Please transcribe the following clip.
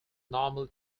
normal